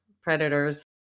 predators